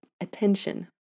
attention